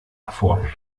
hervor